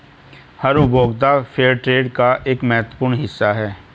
हर उपभोक्ता फेयरट्रेड का एक महत्वपूर्ण हिस्सा हैं